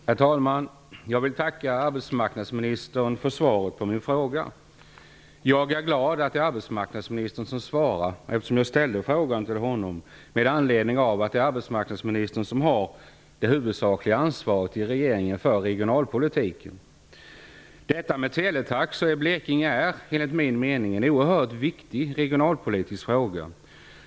Herr talman! Jag vill tacka arbetsmarknadsministern för svaret på min fråga. Jag är glad att det är arbetsmarknadsministern som svarar, eftersom jag ställde frågan till honom med anledning av att det är arbetsmarknadsministern som har det huvudsakliga ansvaret i regeringen för regionalpolitiken. Teletaxor i Blekinge är enligt min mening en oerhört viktig regionalpolitisk fråga.